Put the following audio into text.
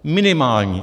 Minimální.